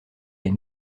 les